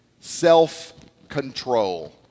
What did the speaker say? self-control